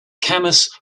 camas